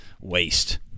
waste